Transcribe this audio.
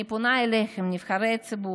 אני פונה אליכם, נבחרי הציבור,